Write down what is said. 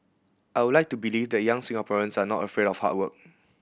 I would like to believe that young Singaporeans are not afraid of hard work